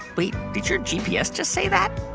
wait. did your gps just say that?